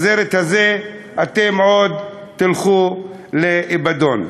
בסרט הזה אתם עוד תלכו לאבדון.